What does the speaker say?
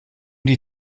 die